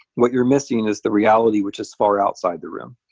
what you're missing is the reality which is far outside the room.